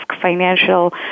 financial